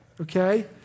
Okay